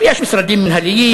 יש משרדים מינהליים,